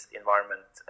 environment